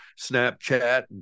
Snapchat